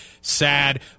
sad